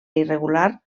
irregular